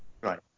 Right